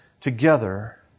together